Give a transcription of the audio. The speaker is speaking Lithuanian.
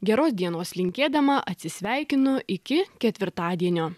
geros dienos linkėdama atsisveikinu iki ketvirtadienio